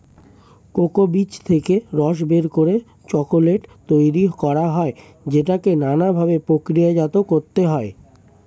cocoa বীজ থেকে রস বের করে চকোলেট তৈরি করা হয় যেটাকে নানা ভাবে প্রক্রিয়াজাত করতে হয়